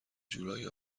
جورایی